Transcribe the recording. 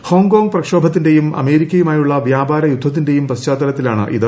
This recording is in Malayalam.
ഹോങ്കോങ് പ്രക്ഷോഭത്തിന്റെയും അമേരിക്കയുമായുള്ള വ്യാപാര യുദ്ധത്തിന്റെയും പശ്ചാത്തലത്തിനാണിത്